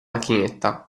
macchinetta